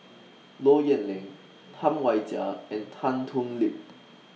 Low Yen Ling Tam Wai Jia and Tan Thoon Lip